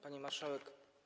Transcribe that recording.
Pani Marszałek!